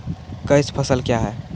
Cash फसल क्या हैं?